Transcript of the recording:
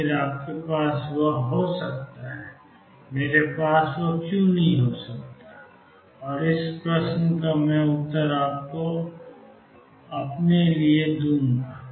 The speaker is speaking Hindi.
आखिर आपके पास वह हो सकता है मेरे पास वह क्यों नहीं हो सकता है और इस प्रश्न का उत्तर मैं आपको अपने लिए दूंगा